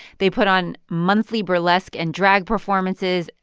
they put on monthly burlesque and drag performances.